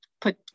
put